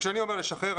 כשאני אומר לשחרר,